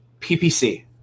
PPC